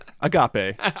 Agape